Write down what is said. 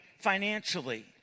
financially